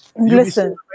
Listen